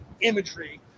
imagery